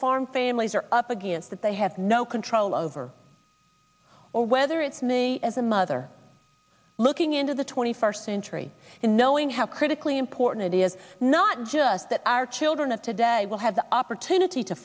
farm families are up against that they have no control over or whether it's me as a mother looking into the twenty first century and knowing how critically important it is not just that our children of today will have the opportunity to